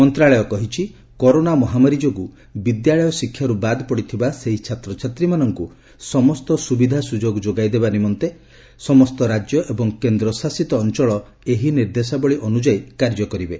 ମନ୍ତ୍ରଣାଳୟ କହିଛି କରୋନା ମହାମାରୀ ଯୋଗୁଁ ବିଦ୍ୟାଳୟ ଶିକ୍ଷାରୁ ବାଦ୍ ପଡିଥିବା ସେହି ଛାତ୍ରଛାତ୍ରୀମାନଙ୍କୁ ସମସ୍ତ ସୁବିଧା ସୁଯୋଗ ଯୋଗାଇଦେବା ନିମନ୍ତେ ସମସ୍ତ ରାଜ୍ୟ ଏବଂ କେନ୍ଦ୍ରଶାସିତ ଅଞ୍ଚଳ ଏହି ନିର୍ଦ୍ଦେଶାବଳୀ ଅନୁଯାୟୀ କାର୍ଯ୍ୟ କରିବେ